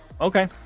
Okay